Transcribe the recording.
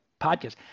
Podcast